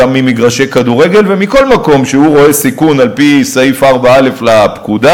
גם ממגרשי כדורגל ומכל מקום שהוא רואה סיכון על-פי סעיף 4א לפקודה.